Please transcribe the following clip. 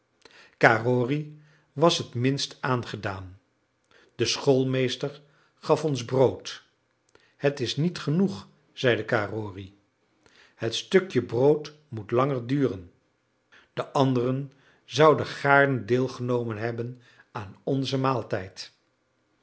carrory was het minst aangedaan de schoolmeester gaf ons brood het is niet genoeg zeide carrory het stukje brood moet langer duren de anderen zouden gaarne deelgenomen hebben aan onzen maaltijd